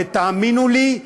ותאמינו לי,